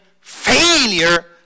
failure